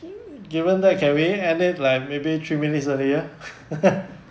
given that can we end it like maybe three minutes earlier